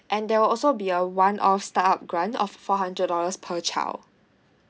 and there will also be a one off start up grant of four hundred dollars per child